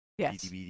Yes